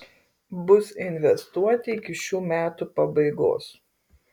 bus investuoti iki šių metų pabaigos